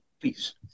please